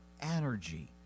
energy